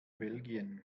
belgien